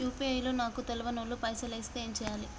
UPI లో నాకు తెల్వనోళ్లు పైసల్ ఎస్తే ఏం చేయాలి?